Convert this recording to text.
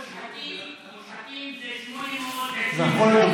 מושחתים, זה 823. כמה?